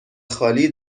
خالی